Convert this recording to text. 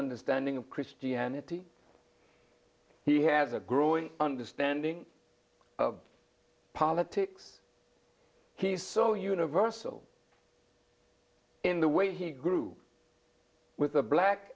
understanding of christianity he has a growing understanding of politics he's so universal in the way he grew up with a black